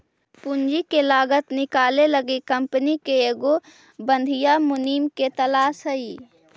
पूंजी के लागत निकाले लागी कंपनी के एगो बधियाँ मुनीम के तलास हई